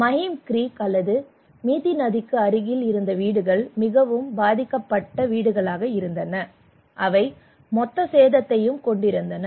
Mahim creek அல்லது மிதி நதிக்கு அருகில் இருந்த வீடுகள் மிகவும் பாதிக்கப்பட்ட வீடுகளாக இருந்தன அவை மொத்த சேதத்தையும் கொண்டிருந்தன